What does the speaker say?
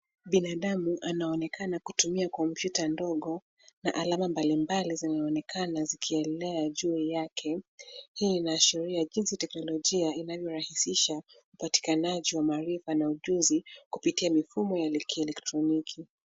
Binadamu anaonekana kutumia kompyuta ndogo na alama mbalimbali zinaonekana zikielea juu yake. Hii inaashiria jinsi teknolojia inavyorahisisha upatikanaji wa maarifa na ujuzi kupitia mifumo ya kielektroniki.